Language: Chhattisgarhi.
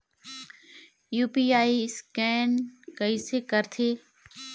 यू.पी.आई स्कैन कइसे करथे?